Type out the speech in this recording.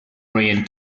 rain